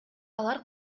алар